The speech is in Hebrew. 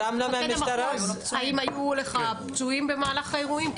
מפקד המחוז, האם היו לך פצועים במהלך האירועים?